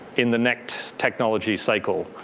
in the next technology cycle,